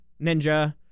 Ninja